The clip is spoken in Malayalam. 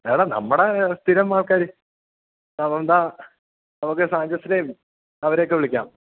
എടാ നമ്മുടെ സ്ഥിരം ആൾക്കാര് നമുക്ക് സാഞ്ചസിനെയും അവരെയൊക്കെ വിളിക്കാം